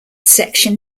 section